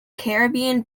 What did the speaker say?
caribbean